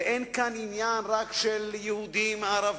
ואין כאן עניין רק של יהודים-ערבים,